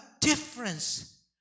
difference